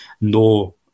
no